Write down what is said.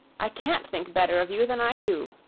i can't think better of you than i do,